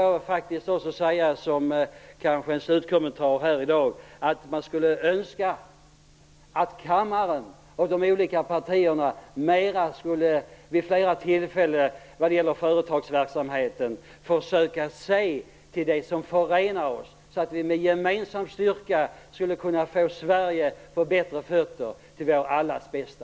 Jag kan som slutkommentar säga att jag skulle önska att kammaren och de olika partierna vid flera tillfällen skulle försöka se till det som förenar oss vad gäller företagsverksamheten, så att vi med gemensam styrka får Sverige på fötter, till allas bästa.